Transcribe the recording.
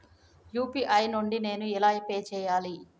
UPI నుండి నేను ఎలా పే చెయ్యాలి?